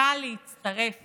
צריכה להצטרף